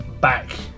back